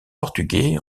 portugais